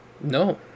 no